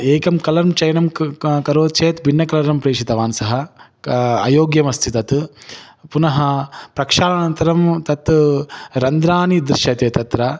एकं कलं चयनं क करोति चेत् भिन्नं कलरं प्रेषितवान् सः क अयोग्यम् अस्ति तत् पुनः प्रक्षालनानन्तरं तत् रन्ध्राणि दृश्यन्ते तत्र